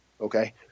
okay